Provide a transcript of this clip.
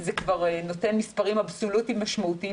זה כבר נותן מספרים אבסולוטיים משמעותיים